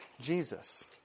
Jesus